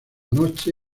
noche